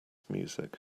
music